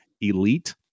elite